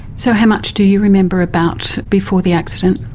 so how much do you remember about before the accident?